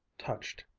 touched,